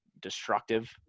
destructive